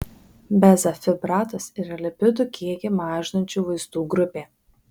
bezafibratas yra lipidų kiekį mažinančių vaistų grupė